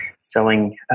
selling